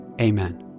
Amen